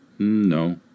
No